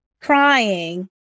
crying